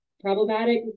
problematic